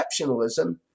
exceptionalism